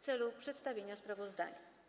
w celu przedstawienia sprawozdania.